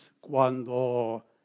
cuando